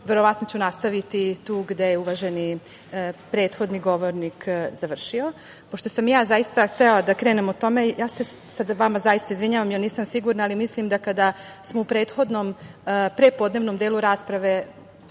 verovatno ću nastaviti tu gde je uvaženi prethodni govornik završio. Pošto sam i ja htela da krenem o tome, ja se sada vama zaista izvinjavam, jer nisam sigurna, mislim da kada smo u prethodnom prepodnevnom delu rasprave